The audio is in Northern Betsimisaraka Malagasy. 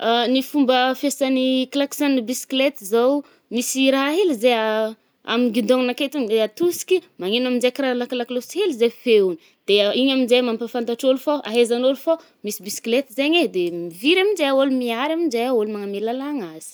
Ny fomba fiasan’ny klaxona bicyclette zao, misy i raha hely zay amin’ny guidonà ake to de atosiky ih, manegno aminje karaha lako-lakolosy hely zay feony de igny aminje mampafantatra ôlo fô ahezan’ôlo fô misy bicyclette zaigny e, de miviry aminje a-ôlo miala aminje ôlo manàmià lalagna azy.